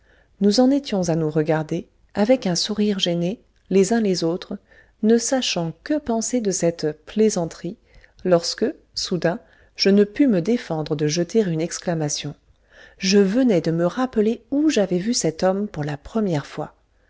nous en étions à nous regarder avec un sourire gêné les uns les autres ne sachant que penser de cette plaisanterie lorsque soudain je ne pus me défendre de jeter une exclamation je venais de me rappeler où j'avais vu cet homme pour la première fois